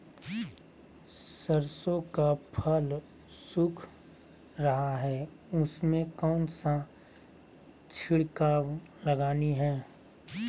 सरसो का फल सुख रहा है उसमें कौन सा छिड़काव लगानी है?